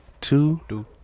Two